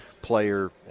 player